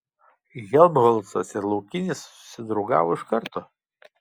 helmholcas ir laukinis susidraugavo iš karto